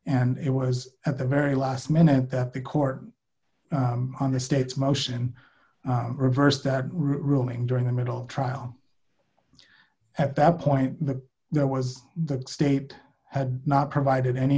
and it was at the very last minute that the court on the state's motion reversed that ruling during the middle of trial at that point the there was the state had not provided any